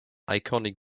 iconic